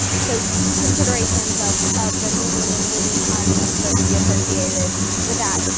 so considerations of of the meeting and the meeting time and then certainty associated with that.